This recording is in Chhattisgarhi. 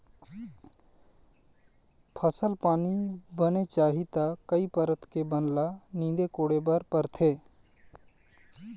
फसल पानी बने चाही त कई परत के बन ल नींदे कोड़े बर परथे